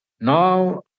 now